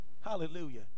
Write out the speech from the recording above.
Hallelujah